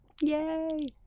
yay